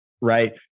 right